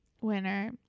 Winner